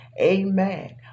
Amen